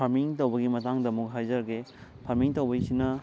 farming ꯇꯧꯕꯒꯤ ꯃꯇꯥꯡꯗ ꯑꯃꯨꯛ ꯍꯥꯏꯖꯒꯦ ꯐꯥꯔꯃꯤꯡ ꯇꯧꯕꯩꯁꯤꯅ